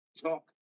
talk